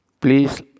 Please